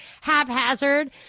haphazard